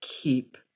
keep